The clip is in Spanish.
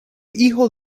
hijo